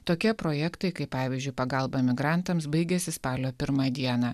tokie projektai kaip pavyzdžiui pagalba emigrantams baigiasi spalio pirmą dieną